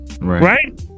Right